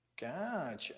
Gotcha